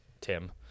Tim